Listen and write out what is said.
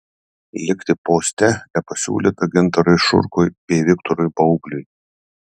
likti poste nepasiūlyta gintarui šurkui bei viktorui baubliui